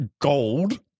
gold